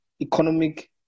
economic